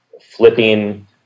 flipping